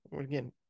again